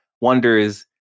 wonders